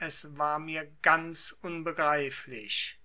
es war mir ganz unbegreiflich